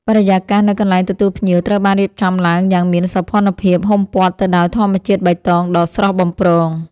បរិយាកាសនៅកន្លែងទទួលភ្ញៀវត្រូវបានរៀបចំឡើងយ៉ាងមានសោភ័ណភាព ហ៊ុមព័ទ្ធទៅដោយធម្មជាតិបៃតងដ៏ស្រស់បំព្រង។